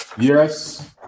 Yes